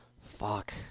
Fuck